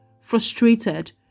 frustrated